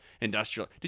industrial—